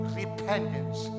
repentance